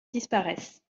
disparaisse